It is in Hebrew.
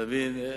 אתה מבין?